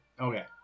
Okay